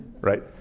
right